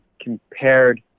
compared